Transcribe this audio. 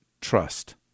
trust